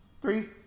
Three